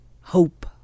hope